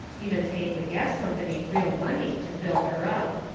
even paying the gas company real money to fill her up.